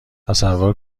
تصور